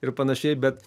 ir panašiai bet